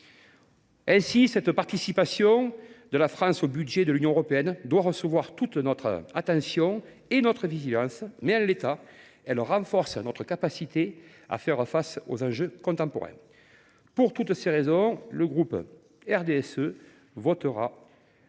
Ainsi, cette participation de la France au budget de l’Union européenne doit recevoir toute notre attention et faire l’objet de toute notre vigilance, mais, en l’état, elle renforce notre capacité à faire face aux enjeux contemporains. Pour toutes ces raisons, le groupe RDSE votera dans